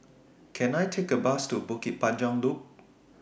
Can I Take A Bus to Bukit Panjang Loop